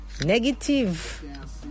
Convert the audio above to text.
negative